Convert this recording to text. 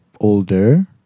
older